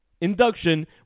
induction